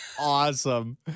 awesome